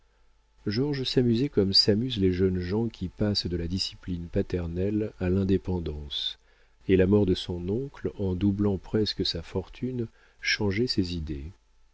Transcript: georges s'amusait comme s'amusent les jeunes gens qui passent de la discipline paternelle à l'indépendance et la mort de son oncle en doublant presque sa fortune changeait ses idées